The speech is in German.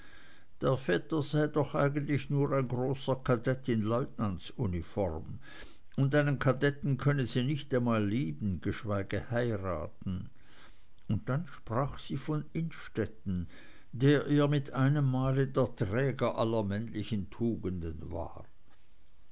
der vetter sei doch eigentlich nur ein großer kadett in leutnantsuniform und einen kadetten könne sie nicht einmal lieben geschweige heiraten und dann sprach sie von innstetten der ihr mit einem male der träger aller männlichen tugenden war